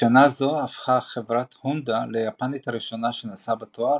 בשנה זו הפכה חברת הונדה ליפנית הראשונה שנשאה בתואר